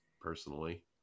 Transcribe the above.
personally